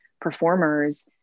performers